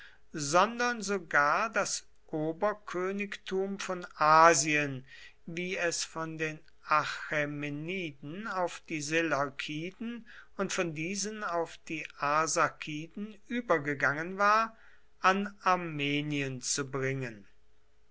sondern sogar das oberkönigtum von asien wie es von den achämeniden auf die seleukiden und von diesen auf die arsakiden übergegangen war an armenien zu bringen